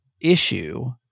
issue